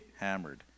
Hammered